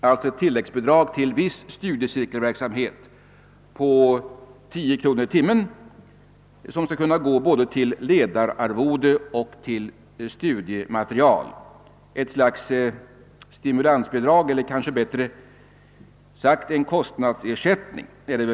Detta särskilda bidrag till viss studieverksamhet på 10 kronor per timme skall användas till ledararvode och studiemateriel. Det är en form av stimulansbidrag eller rättare sagt en kostnadsersättning.